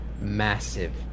massive